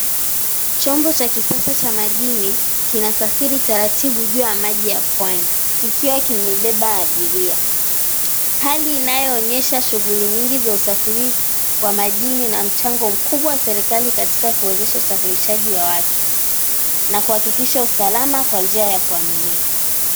Chombo cha kisasa cha madini kinasafiri taratibu juu ya maji ya pwani, kikiwa kimebeba abiria, hali inayoonyesha shughuli nyingi za usafiri wa madini na mchango mkubwa serikali katika kuwezesha usafirishaji wa watu na kuhakikisha usalama kwa njia ya kuaminika.